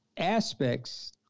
aspects